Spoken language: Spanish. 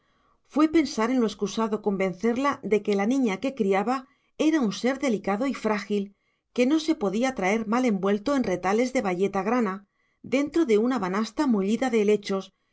fue pensar en lo excusado convencerla de que la niña que criaba era un ser delicado y frágil que no se podía traer mal envuelto en retales de bayeta grana dentro de una banasta mullida de helechos